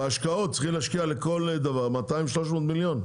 בהשקעות צריכים להשקיע בכל דבר 300-200 מיליון.